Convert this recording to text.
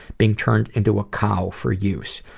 being turned into a cow for use.